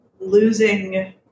losing